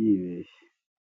yibeshye.